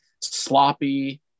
sloppy